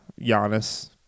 Giannis